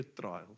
trial